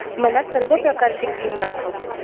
मला सर्व प्रकारचे क्रीम दाखव